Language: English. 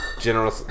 General